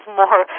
more